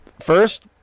first